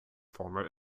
former